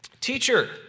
Teacher